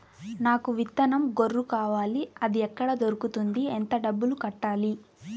నాకు విత్తనం గొర్రు కావాలి? అది ఎక్కడ దొరుకుతుంది? ఎంత డబ్బులు కట్టాలి?